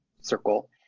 circle